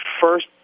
first